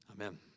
Amen